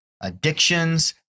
addictions